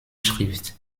schrift